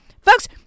Folks